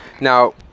Now